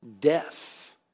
death